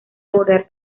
abordar